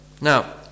Now